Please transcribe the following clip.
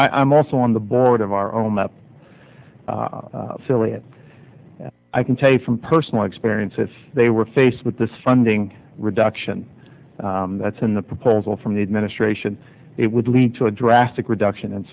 i'm also on the board of our own that philip i can tell you from personal experience if they were faced with this funding reduction that's in the proposal from the administration it would lead to a drastic reduction and